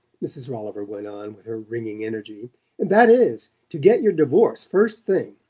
mrs. rolliver went on with her ringing energy. and that is, to get your divorce first thing.